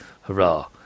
hurrah